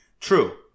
True